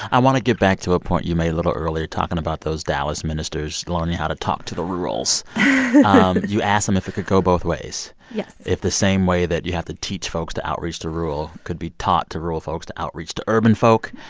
i want to get back to a point you made a little earlier talking about those dallas ministers learning how to talk to the rurals um you asked them if it could go both ways. yes. if the same way that you have to teach folks to outreach to rural could be taught to rural folks to outreach to urban folk.